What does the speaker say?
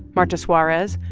marta suarez,